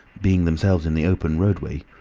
being themselves in the open roadway,